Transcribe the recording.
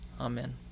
Amen